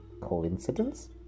coincidence